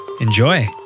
enjoy